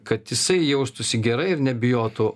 kad jisai jaustųsi gerai ir nebijotų